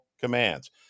commands